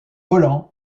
volants